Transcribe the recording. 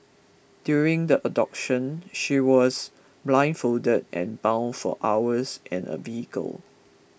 during the abduction she was blindfolded and bound for hours in a vehicle